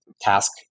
task